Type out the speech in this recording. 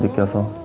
doesn't